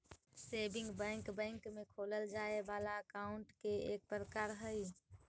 saving bank bank में खोलल जाए वाला अकाउंट के एक प्रकार हइ